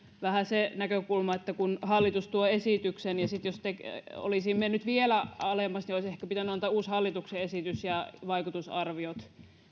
vähän se näkökulma että kun hallitus tuo esityksen ja sitten jos olisi mennyt vielä alemmas niin olisi ehkä pitänyt antaa uusi hallituksen esitys ja vaikutusarviot